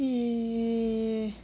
!ee!